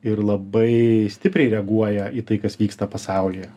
ir labai stipriai reaguoja į tai kas vyksta pasaulyje